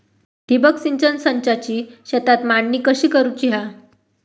ठिबक सिंचन संचाची शेतात मांडणी कशी करुची हा?